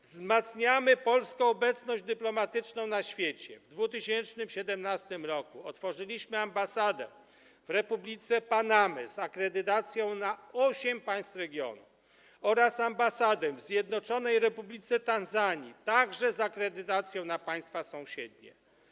Wzmacniamy polską obecność dyplomatyczną na świecie - w 2017 r. otworzyliśmy ambasadę w Republice Panamy z akredytacją na osiem państw regionu oraz ambasadę w Zjednoczonej Republice Tanzanii, także z akredytacją na państwa sąsiednie.